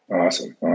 Awesome